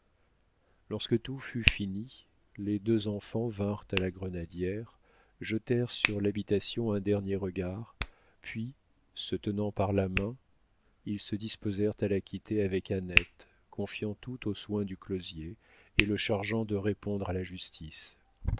lorsque tout fut fini les deux enfants vinrent à la grenadière jetèrent sur l'habitation un dernier regard puis se tenant par la main ils se disposèrent à la quitter avec annette confiant tout aux soins du closier et le chargeant de répondre à la justice